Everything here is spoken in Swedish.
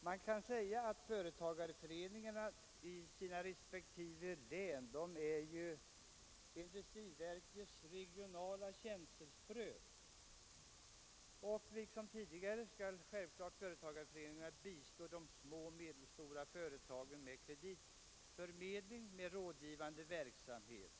Man kan säga att företagareföreningarna i sina respektive län är industriverkets regionala känselspröt. Liksom tidigare skall företagareföreningarna bistå de små och medelstora företagen med kreditförmedling och rådgivande verksamhet.